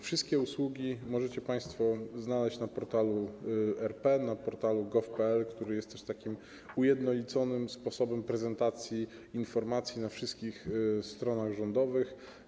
Wszystkie usługi możecie państwo znaleźć na portalu RP - portalu gov.pl, który umożliwia ujednolicony sposób prezentacji informacji na wszystkich stronach rządowych.